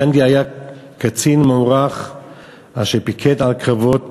גנדי היה קצין מוערך אשר פיקד על קרבות